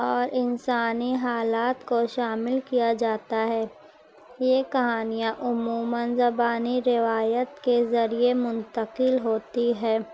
اور انسانی حالات کو شامل کیا جاتا ہے یہ کہانیاں عموماً زبانی روایت کے ذریعے منتقل ہوتی ہے